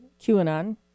QAnon